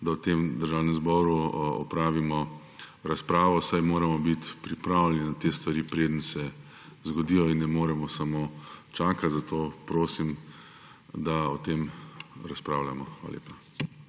da v Državnem zboru opravimo razpravo, saj moramo biti pripravljeni na te stvari, preden se zgodijo, ne moremo samo čakati. Zato prosim, da o tem razpravljamo. Hvala lepa.